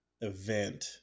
event